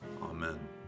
Amen